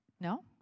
No